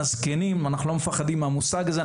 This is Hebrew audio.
הזקנים אנחנו לא מפחדים מהמושג הזה,